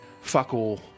fuck-all